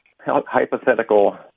Hypothetical